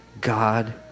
God